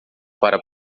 para